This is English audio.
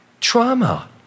Trauma